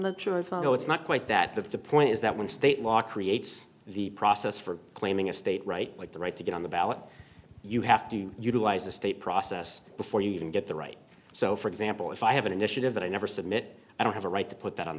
not sure if i know it's not quite that that the point is that when state law creates the process for claiming a state right like the right to get on the ballot you have to utilize the state process before you even get the right so for example if i have an initiative that i never submit i don't have a right to put that on